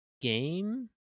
game